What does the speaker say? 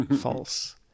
false